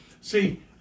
See